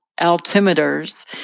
altimeters